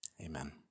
Amen